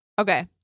Okay